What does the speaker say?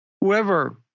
whoever